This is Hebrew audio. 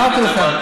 אמרתי לך.